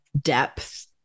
depth